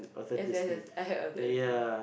yes yes yes I heard of that before